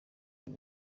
cy’u